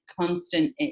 constant